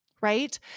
right